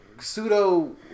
pseudo